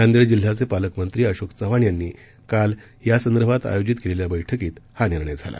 नांदेड जिल्ह्याचे पालकमंत्री अशोक चव्हाण यांनी काल यासंदर्भात आयोजित केलेल्या बैठकीत हा निर्णय झाला